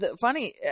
funny